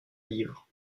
livres